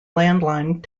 landline